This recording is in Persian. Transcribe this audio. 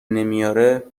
نمیاره